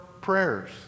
prayers